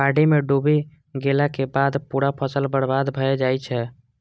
बाढ़ि मे डूबि गेलाक बाद पूरा फसल बर्बाद भए जाइ छै